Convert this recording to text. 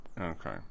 Okay